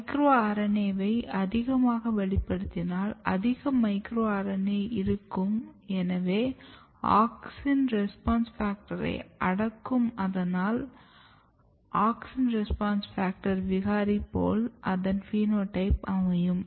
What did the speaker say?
micro RNA வை அதிகமாக வெளிப்படுத்தினால் அதிகம் மைக்ரோ RNA இருக்கும் எனவே AUXIN RESPONSE FACTOR ஐ அடக்கும் அதனால் AUXIN RESPONSE FACTOR விகாரிப் போல் அதன் பினோடைப் அமையும்